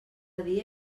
dia